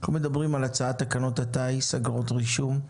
אנחנו מדברים על הצעת תקנות הטיס (אגרות רישום,